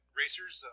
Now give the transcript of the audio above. racers